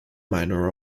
minor